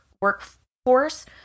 workforce